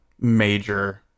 major